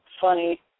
funny